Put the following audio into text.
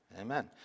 amen